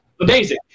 Amazing